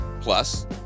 Plus